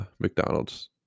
McDonald's